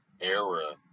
era